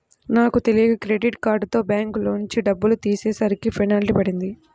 నాకు తెలియక క్రెడిట్ కార్డుతో బ్యాంకులోంచి డబ్బులు తీసేసరికి పెనాల్టీ పడింది